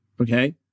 okay